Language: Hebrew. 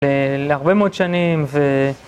להרבה מאוד שנים ו...